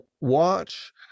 watch